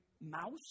mouse